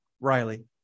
Riley